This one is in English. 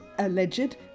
alleged